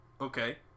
Okay